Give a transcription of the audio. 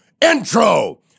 intro